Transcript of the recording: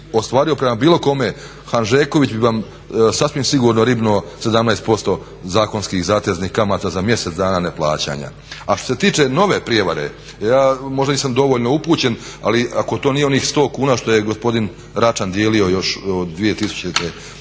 ostvario prema bilo kome Hanžeković bi vam sasvim sigurno ribnuo 17% zakonskih zateznih kamata za mjesec dana neplaćanja. A što se tiče nove prijevare, ja možda nisam dovoljno upućen, ali ako to nije onih sto kuna što je gospodin Račan dijelio još od 2000.